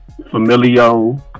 Familio